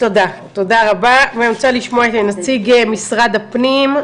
תודה רבה ואני רוצה לשמוע את נציג משרד הפנים,